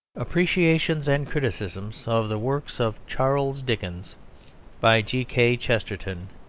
appreciations and criticisms of the works of charles dickens by g. k. chesterton